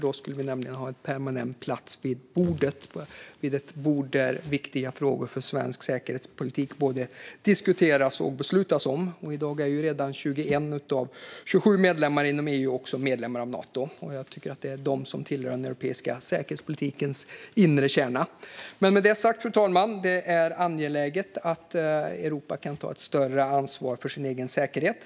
Då skulle Sverige nämligen ha en permanent plats vid ett bord där det både diskuteras och beslutas rörande frågor som är viktiga för svensk säkerhetspolitik. I dag är ju 21 av EU:s 27 medlemsstater också medlemmar av Nato, och jag tycker att det är de som tillhör den europeiska säkerhetspolitikens inre kärna. Med det sagt, fru talman, är det angeläget att Europa kan ta ett större ansvar för sin egen säkerhet.